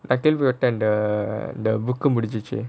but அந்த அந்த:antha antha book முடிஞ்சிடுச்சி:mudinjiduchi